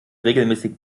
regelmäßig